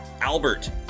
Albert